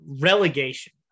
relegation